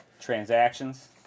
transactions